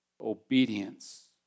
obedience